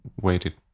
waited